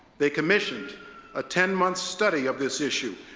they commissioned a ten month study of this issue,